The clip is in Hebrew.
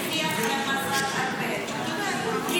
ואני בשיח עם השר ארבל,